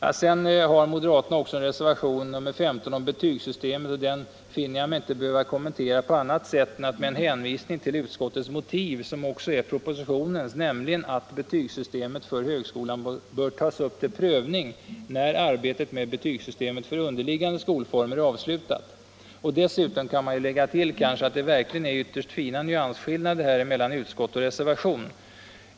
Vad sedan angår moderatreservationen 15 om betygssystemet finner jag mig inte behöva kommentera den på annat sätt än att hänvisa till utskottets motiv — som också är propositionens — att betygssystemet för högskolan bör tas upp till prövning när arbetet med betygssystemet för underliggande skolformer har avslutats. Dessutom kan man kanske tilllägga att det verkligen är ytterst fina nyansskillnader mellan utskottet och reservationen.